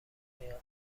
میان